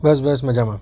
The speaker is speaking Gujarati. બસ બસ મજામાં